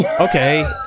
Okay